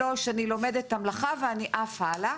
שלוש אני לומדת את המלאכה ואני עפה הלאה,